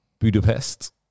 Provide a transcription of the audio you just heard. Budapest